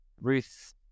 Ruth